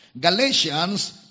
Galatians